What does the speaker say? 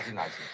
nice